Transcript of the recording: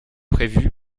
prévu